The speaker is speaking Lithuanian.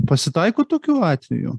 pasitaiko tokių atvejų